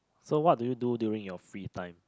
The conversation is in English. so what do you do during your free time